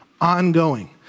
Ongoing